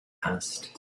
asked